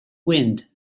wind